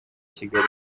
kigali